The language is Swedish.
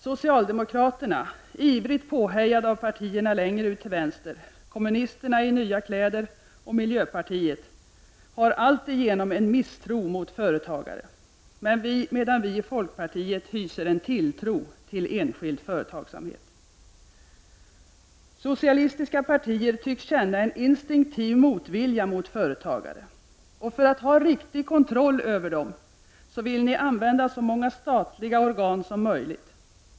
Socialdemokraterna — ivrigt påhejade av partierna längre ut till vänster, kommunisterna i nya kläder och miljöpartiet — har alltigenom en misstro mot företagare, medan vii folkpartiet hyser en tilltro till enskild företagsamhet. Socialistiska partier tycks känna en instinktiv motvilja mot företagare. För att ha riktig kontroll över dem, vill ni använda så många statliga organ som möjligt.